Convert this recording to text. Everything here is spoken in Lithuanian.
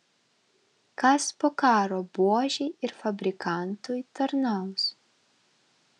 kas po karo buožei ir fabrikantui tarnaus